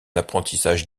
apprentissage